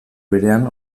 berean